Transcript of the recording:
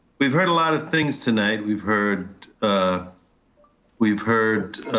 we've heard a lot of things tonight. we've heard ah we've heard